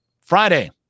Friday